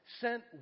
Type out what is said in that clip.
sent